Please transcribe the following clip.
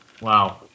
Wow